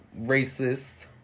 racist